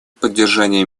поддержания